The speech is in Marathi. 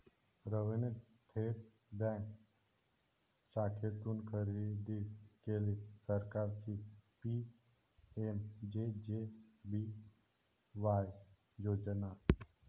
रवीने थेट बँक शाखेतून खरेदी केली सरकारची पी.एम.जे.जे.बी.वाय योजना